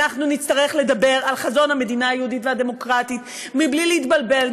אנחנו נצטרך לדבר על חזון המדינה היהודית והדמוקרטית בלי להתבלבל,